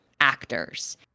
actors